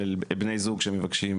בני זוג שמבקשים